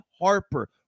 Harper